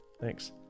Thanks